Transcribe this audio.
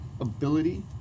ability